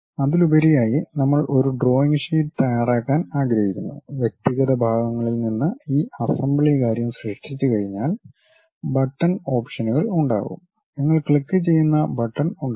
അതിലുപരിയായി നമ്മൾ ഒരു ഡ്രോയിംഗ് ഷീറ്റ് തയ്യാറാക്കാൻ ആഗ്രഹിക്കുന്നു വ്യക്തിഗത ഭാഗങ്ങളിൽ നിന്ന് ഈ അസംബ്ലി കാര്യം സൃഷ്ടിച്ചുകഴിഞ്ഞാൽ ബട്ടൺ ഓപ്ഷനുകൾ ഉണ്ടാകും നിങ്ങൾ ക്ലിക്കുചെയ്യുന്ന ബട്ടൺ ഉണ്ടാകും